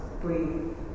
breathe